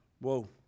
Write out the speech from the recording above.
Whoa